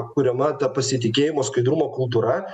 kuriama ta pasitikėjimo skaidrumo kultūra